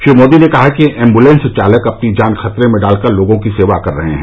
श्री मोदी ने कहा कि एम्बुलेंस चालक अपनी जान खतरे में डालकर लोगों की सेवा कर रहे हैं